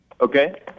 Okay